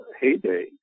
heyday